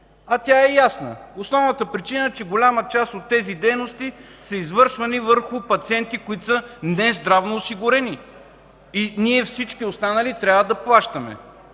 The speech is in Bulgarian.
Тя е ясна! Основната причина е, че голяма част от тези дейности са извършвани върху пациенти, които не са здравно осигурени, и ние всички останали трябва да плащаме.